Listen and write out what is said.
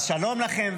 אז שלום לכם,